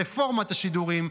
רפורמת השידורים,